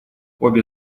обе